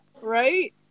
Right